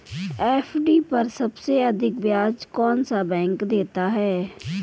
FD पर सबसे अधिक ब्याज कौन सा बैंक देता है?